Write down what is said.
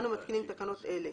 אנו מתקינים תקנות אלה: